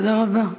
תודה רבה.